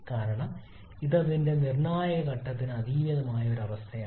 കാരണം ഇത് അതിന്റെ നിർണായക ഘട്ടത്തിന് അതീതമായ ഒരു അവസ്ഥയാണ്